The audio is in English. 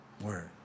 Word